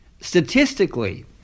statistically